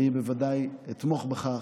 אני בוודאי אתמוך בכך.